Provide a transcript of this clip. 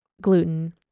gluten